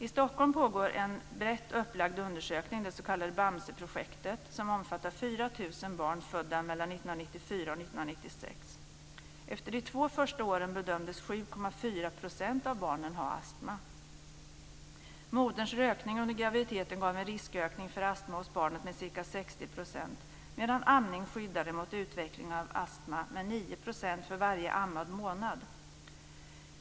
I Stockholm pågår en brett upplagd undersökning, det s.k. Bamseprojektet, som omfattar 4 000 barn födda mellan 1994 och 1996. Efter de två första åren bedömdes 7,4 % av barnen ha astma. Moderns rökning under graviditeten gav en riskökning för astma hos barnet med ca 60 %, medan amning skyddade mot utveckling av astma med 9 % för varje ammad månad.